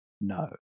no